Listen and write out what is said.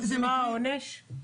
מה העונש?